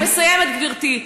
אני מסיימת, גברתי.